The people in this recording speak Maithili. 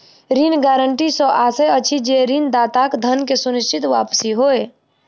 ऋण गारंटी सॅ आशय अछि जे ऋणदाताक धन के सुनिश्चित वापसी होय